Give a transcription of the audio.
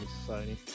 society